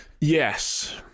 Yes